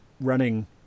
running